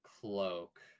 cloak